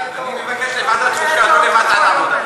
אני מבקש: לוועדת החוקה, לא לוועדת העבודה.